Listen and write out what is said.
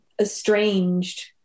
estranged